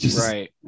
Right